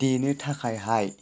देनो थाखायहाय